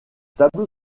tableau